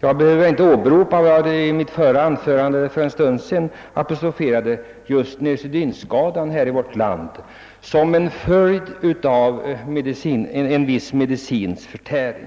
jag behöver väl inte åberopa vad jag för en stund sedan anförde om neurosedynskadorna i vårt land som en följd av en viss medicins förtärande.